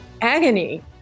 agony